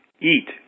eat